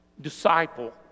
Disciple